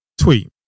Tweet